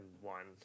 one